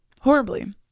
Horribly